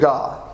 God